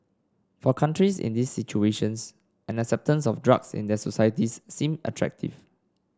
for countries in these situations an acceptance of drugs in their societies seem attractive